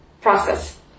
process